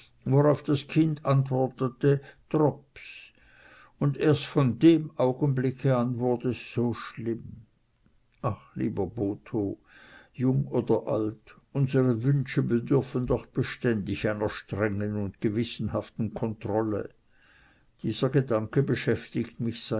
worauf das kind antwortete drops und erst von dem augenblicke an wurd es so schlimm ach lieber botho jung oder alt unsere wünsche bedürfen doch beständig einer strengen und gewissenhaften kontrolle dieser gedanke beschäftigt mich